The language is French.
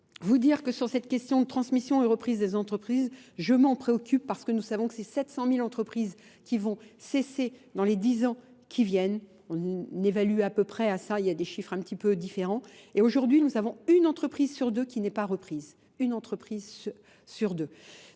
Vous dire que sur cette question de transmission et reprise des entreprises, je m'en préoccupe parce que nous savons que c'est 700 000 entreprises qui vont cesser dans les 10 ans qui viennent. On évalue à peu près à ça, il y a des chiffres un petit peu différents. Et aujourd'hui nous avons une entreprise sur deux qui n'est pas reprise. Une entreprise sur deux.